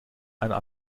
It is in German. einer